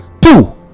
two